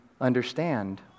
understand